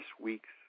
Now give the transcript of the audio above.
week's